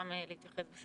גם להתייחס,